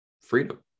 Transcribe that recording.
freedom